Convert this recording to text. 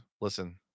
Listen